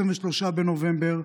23 בנובמבר,